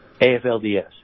AFLDS